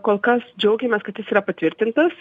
kol kas džiaugiamės kad jis yra patvirtintas